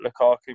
Lukaku